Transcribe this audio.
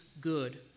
good